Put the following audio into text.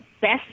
best